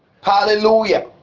Hallelujah